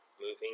moving